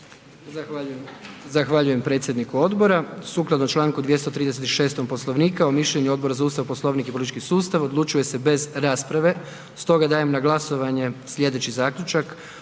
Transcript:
Zahvaljujem predsjedniku odbora. Sukladno Članku 236. Poslovnika o mišljenju Odbora za Ustav, Poslovnik i politički sustav odlučuje se bez rasprave, stoga dajem na glasovanje slijedeći zaključak.